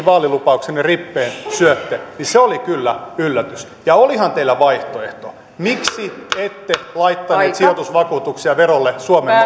vaalilupauksenne rippeen syötte oli kyllä yllätys olihan teillä vaihtoehto miksi ette laittaneet sijoitusvakuutuksia verolle suomen